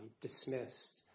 dismissed